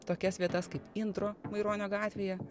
tokias vietas kaip intro maironio gatvėje